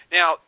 Now